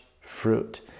fruit